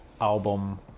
album